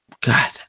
God